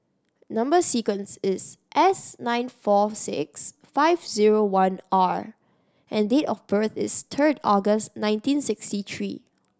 number sequence is S nine four six five zero one R and date of birth is third August nineteen sixty three